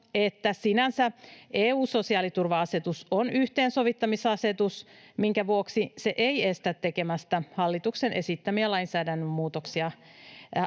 että sinänsä EU-sosiaaliturva-asetus on yhteensovittamisasetus, minkä vuoksi se ei estä tekemästä hallituksen esittämiä lainsäädännön muutoksia.